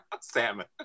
Salmon